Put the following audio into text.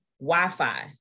Wi-Fi